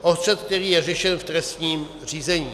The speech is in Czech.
O střet, který je řešen v trestním řízení.